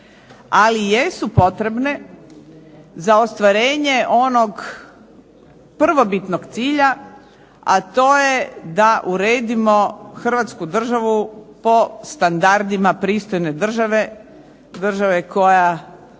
ali jesu potrebne za ostvarenje onog prvobitnog cilja, a to je da uredimo Hrvatsku državu po standardima pristojne države, države koja